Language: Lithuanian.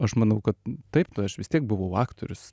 aš manau kad taip aš vis tiek buvau aktorius